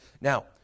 Now